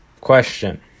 question